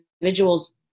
individuals